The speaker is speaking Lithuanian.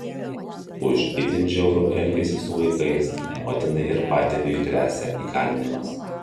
už itin žiaurų elgesį su vaikais motinai ir patėviui gresia įkalinimas